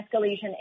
escalation